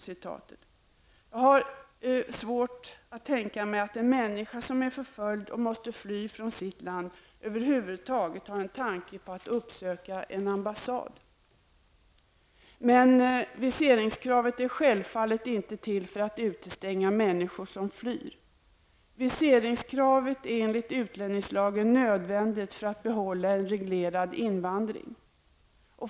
Jag har svårt att tänka mig att en människa som är förföljd och måste fly från sitt land över huvud taget har en tanke på att uppsöka en ambassad. Men viseringskravet är självfallet inte till för att utestänga människor som flyr. Viseringskravet är enligt utlänningslagen nödvändigt för att kunna bibehålla en reglerad invandring.